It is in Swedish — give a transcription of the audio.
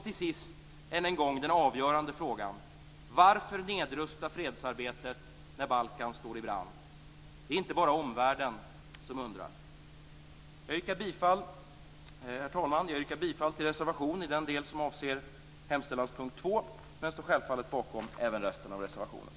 Till sist, än en gång, den avgörande frågan: Varför nedrusta fredsarbetet när Balkan står i brand? Det är inte bara omvärlden som undrar. Herr talman! Jag yrkar bifall till reservation 1 i den del som avser hemställanspunkt 2 men står självfallet bakom även resten av reservationen.